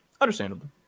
Understandable